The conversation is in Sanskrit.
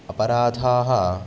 अपराधाः